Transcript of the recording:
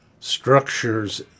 structures